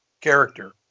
character